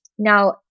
Now